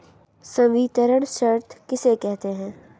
संवितरण शर्त किसे कहते हैं?